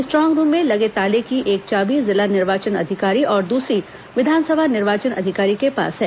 strong room में लगे ताले की एक चाबी जिला निर्वाचन अधिकारी और दूसरी विधानसभा निर्वाचन अधिकारी के पास है